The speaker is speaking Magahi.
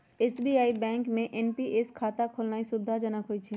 एस.बी.आई बैंक में एन.पी.एस खता खोलेनाइ सुविधाजनक होइ छइ